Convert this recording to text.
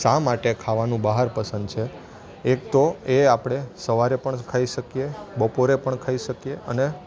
શા માટે ખાવાનું બહાર પસંદ છે એક તો એ આપણે સવારે પણ ખાઈ શકીએ બપોરે પણ ખાઈ શકીએ અને